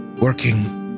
working